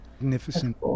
Magnificent